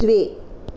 द्वे